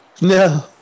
No